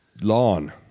lawn